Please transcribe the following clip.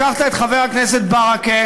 לקחת את חבר הכנסת ברכה,